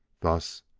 thus,